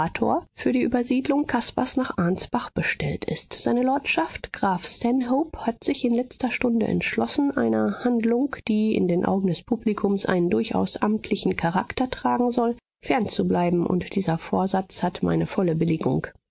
für die übersiedlung caspars nach ansbach bestellt ist seine lordschaft graf stanhope hat sich in letzter stunde entschlossen einer handlung die in den augen des publikums einen durchaus amtlichen charakter tragen soll fernzubleiben und dieser vorsatz hat meine volle billigung